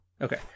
Okay